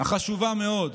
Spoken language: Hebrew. החשובה מאוד,